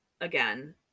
again